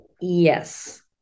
Yes